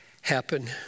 happen